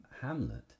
Hamlet